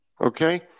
Okay